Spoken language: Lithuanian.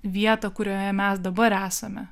vietą kurioje mes dabar esame